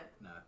No